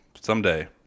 someday